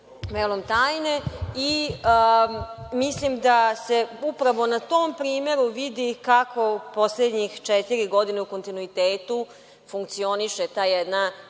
tajne. Mislim da se upravo na tom primeru vidi kako poslednjih četiri godine u kontinuitetu funkcioniše ta jedna